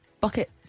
bucket